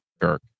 Kirk